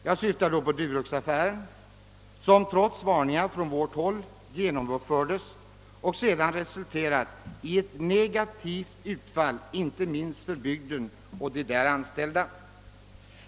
Jag syftar då på Duroxaffären, som trots varningar från vårt håll genomfördes och som sedan resulterade i ett negativt utfall, inte minst för bygden och de där anställda.